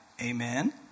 Amen